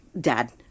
dad